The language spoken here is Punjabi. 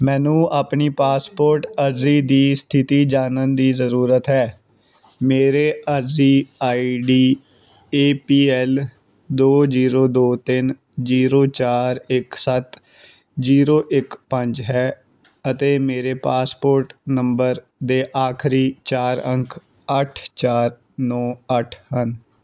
ਮੈਨੂੰ ਆਪਣੀ ਪਾਸਪੋਰਟ ਅਰਜ਼ੀ ਦੀ ਸਥਿਤੀ ਜਾਣਨ ਦੀ ਜ਼ਰੂਰਤ ਹੈ ਮੇਰੇ ਅਰਜ਼ੀ ਆਈਡੀ ਏ ਪੀ ਐਲ ਦੋ ਜ਼ੀਰੋ ਦੋ ਤਿੰਨ ਜ਼ੀਰੋ ਚਾਰ ਇੱਕ ਸੱਤ ਜ਼ੀਰੋ ਇੱਕ ਪੰਜ ਹੈ ਅਤੇ ਮੇਰੇ ਪਾਸਪੋਰਟ ਨੰਬਰ ਦੇ ਆਖਰੀ ਚਾਰ ਅੰਕ ਅੱਠ ਚਾਰ ਨੌਂ ਅੱਠ ਹਨ